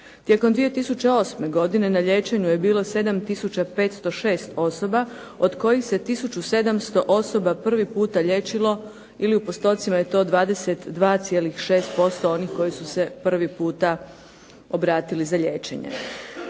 Tijekom 2008. godine na liječenju je bilo 7 tisuća 506 osoba od kojih se tisuću 700 osoba prvi puta liječilo ili u postocima je to 22,6% onih koji su se prvi puta obratili za liječenje.